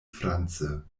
france